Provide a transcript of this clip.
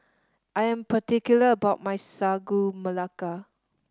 I am particular about my Sagu Melaka